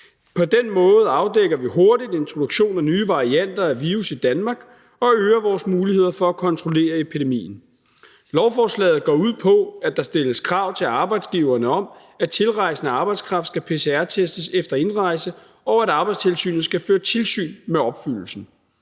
På den måde afdækker vi hurtigt introduktion af nye varianter af virus i Danmark og øger vores muligheder for at kontrollere epidemien. Lovforslaget går ud på, at der stilles krav til arbejdsgiverne om, at tilrejsende arbejdskraft skal pcr-testes efter indrejse, og at Arbejdstilsynet skal føre tilsyn med opfyldelsen.